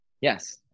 yes